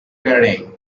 kerrang